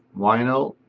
vinyl.